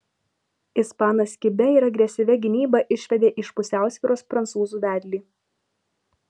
ispanas kibia ir agresyvia gynyba išvedė iš pusiausvyros prancūzų vedlį